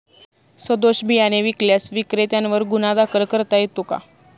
सदोष बियाणे विकल्यास विक्रेत्यांवर गुन्हा दाखल करता येतो का?